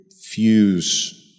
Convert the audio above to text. fuse